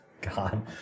God